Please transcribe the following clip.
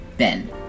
Ben